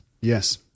Yes